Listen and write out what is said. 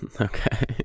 Okay